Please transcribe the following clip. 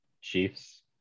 Chiefs